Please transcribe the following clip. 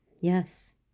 Yes